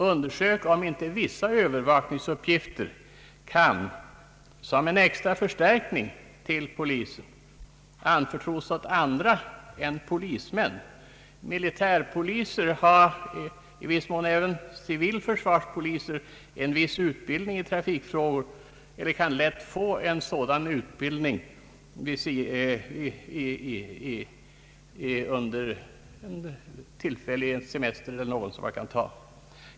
Undersök om inte vissa övervakningsuppgifter kan — som en extra förstärkning till polisen — anförtros åt andra än polismän! Militärpoliser och i viss mån även civilförsvarspoliser har en viss utbildning i trafikfrågor eller kan lätt få en sådan utbildning.